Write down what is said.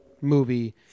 movie